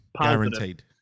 Guaranteed